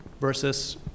versus